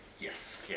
Yes